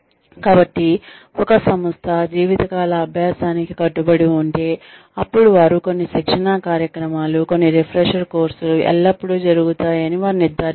కాబట్టి ఒక సంస్థ జీవితకాల అభ్యాసానికి కట్టుబడి ఉంటే అప్పుడు వారు కొన్ని శిక్షణా కార్యక్రమాలు కొన్ని రిఫ్రెషర్ కోర్సులు ఎల్లప్పుడూ జరుగుతాయి అని వారు నిర్ధారిస్తారు